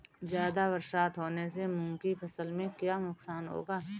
ज़्यादा बरसात होने से मूंग की फसल में क्या नुकसान होगा?